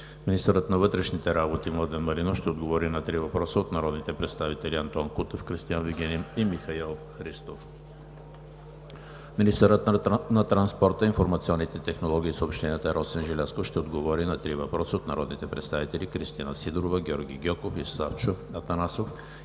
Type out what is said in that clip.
Министърът на вътрешните работи Младен Маринов ще отговори на три въпроса от народните представители Антон Кутев; Кристиан Вигенин; и Михаил Христов. 8. Министърът на транспорта, информационните технологии и съобщенията Росен Желязков ще отговори на три въпроса от народните представители Кристина Сидорова; Георги Гьоков; и Славчо Атанасов